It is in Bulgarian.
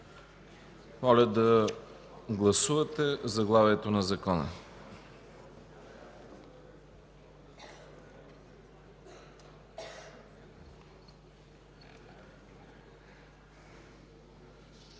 Моля да гласуваме заглавието на Закона.